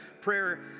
prayer